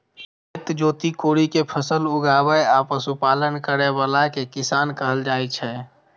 खेत जोति कोड़ि कें फसल उगाबै आ पशुपालन करै बला कें किसान कहल जाइ छै